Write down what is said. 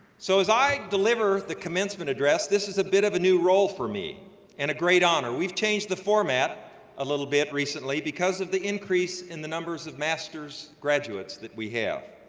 so as i deliver the commencement address, this is a bit of a new role for me and a great honor. we've changed the format a little bit recently because of the increase in the numbers of master's graduates that we have.